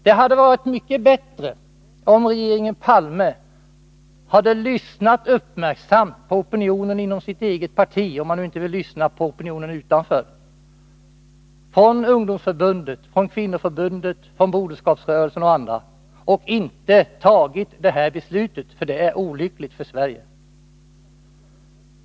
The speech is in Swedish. Det hade varit mycket bättre om Olof Palme hade lyssnat uppmärksamt på opinionen inom sitt eget parti — om han inte vill lyssna på opinionen utanför — i ungdomsförbundet, kvinnoförbundet, broderskapsrörelsen och andra och inte fattat detta beslut, därför att det är olyckligt för Sverige.